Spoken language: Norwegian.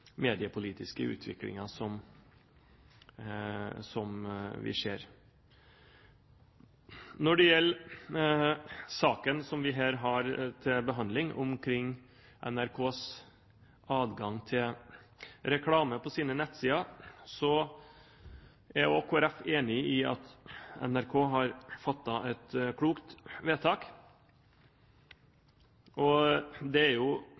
mediepolitiske utviklingen vi ser. Når det gjelder saken vi her har til behandling, om NRKs adgang til reklame på sine nettsider, er Kristelig Folkeparti også enig i at NRK har fattet et klokt vedtak. Det er